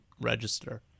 register